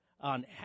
on